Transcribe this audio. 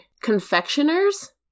Confectioners